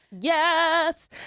yes